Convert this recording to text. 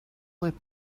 let